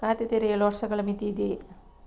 ಖಾತೆ ತೆರೆಯಲು ವರ್ಷಗಳ ಮಿತಿ ಇದೆಯೇ?